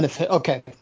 Okay